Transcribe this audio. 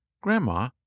Grandma